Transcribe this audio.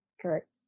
correct